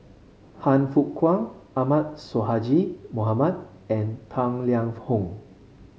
Han Fook Kwang Ahmad Sonhadji Mohamad and Tang Liang Hong